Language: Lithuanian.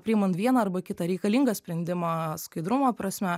priimant vieną arba kitą reikalingą sprendimą skaidrumo prasme